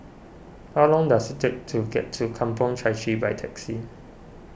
how long does it take to get to Kampong Chai Chee by taxi